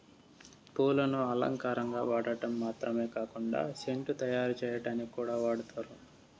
పూలను అలంకారంగా వాడటం మాత్రమే కాకుండా సెంటు తయారు చేయటానికి కూడా వాడతారు